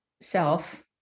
self